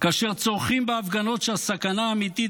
כאשר צורחים בהפגנות שהסכנה האמיתית